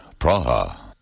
Praha